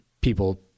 people